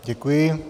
Děkuji.